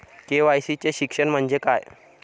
KYC चे शिक्षण म्हणजे काय?